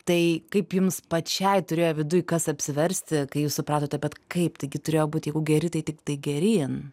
tai kaip jums pačiai turėjo viduj kas apsiversti kai jūs supratote bet kaip taigi turėjo būt jeigu geri tai tiktai geryn